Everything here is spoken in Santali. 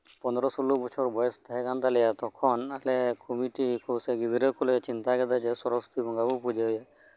ᱯᱚᱱᱮᱨᱚ ᱥᱳᱞᱳ ᱵᱚᱪᱷᱚᱨ ᱵᱚᱭᱚᱥ ᱛᱟᱦᱮᱸ ᱠᱟᱱ ᱛᱟᱞᱮᱭᱟ ᱛᱚᱠᱷᱚᱱ ᱟᱞᱮ ᱠᱚᱢᱤᱴᱤ ᱠᱚᱥᱮ ᱜᱤᱫᱽᱨᱟᱹ ᱠᱚᱞᱮ ᱪᱤᱱᱛᱟᱹ ᱠᱮᱫᱟ ᱥᱚᱨᱚᱥᱚᱛᱤ ᱵᱚᱸᱜᱟ ᱵᱚᱱ ᱯᱩᱡᱟᱹ ᱟᱭᱟ